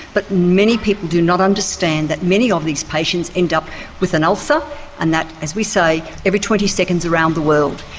but many people do not understand that many of these patients end up with an ulcer and that, as we say, every twenty seconds around the world.